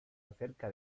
acerca